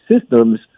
systems